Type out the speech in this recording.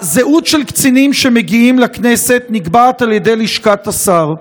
הזהות של קצינים שמגיעים לכנסת נקבעת על ידי לשכת השר.